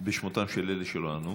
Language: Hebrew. בשמותיהם של אלה שלא ענו.